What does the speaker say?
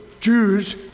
Jews